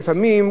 שלפעמים,